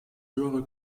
höhere